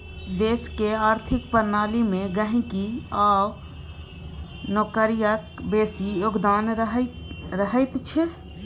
देशक आर्थिक प्रणाली मे गहिंकी आ नौकरियाक बेसी योगदान रहैत छै